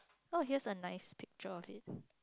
oh here the nice picture of it